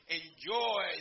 enjoy